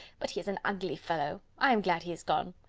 but he is an ugly fellow! i am glad he is gone.